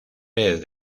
vez